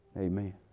amen